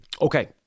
Okay